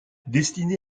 destiné